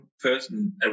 person